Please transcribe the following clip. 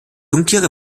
jungtiere